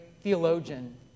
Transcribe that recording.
theologian